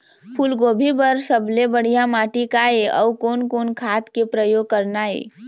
फूलगोभी बर सबले बढ़िया माटी का ये? अउ कोन कोन खाद के प्रयोग करना ये?